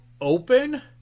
open